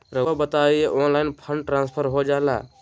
रहुआ बताइए online fund transfer हो जाला?